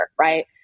Right